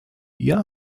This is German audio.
ihr